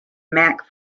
mack